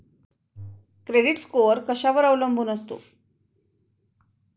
Credit score कशावर अवलंबून असतो?